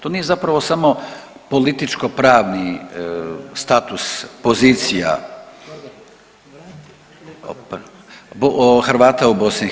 To nije zapravo samo političko pravni status, pozicija Hrvata u BiH.